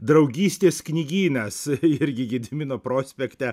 draugystės knygynas irgi gedimino prospekte